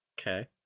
Okay